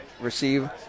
receive